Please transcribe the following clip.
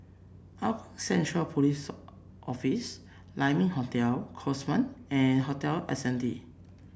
Hougang Central Post Office Lai Ming Hotel Cosmoland and Hotel Ascendere